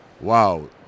wow